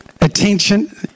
attention